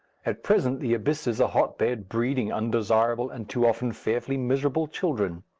at present the abyss is a hotbed breeding undesirable and too often fearfully miserable children.